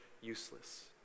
useless